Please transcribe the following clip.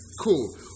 Cool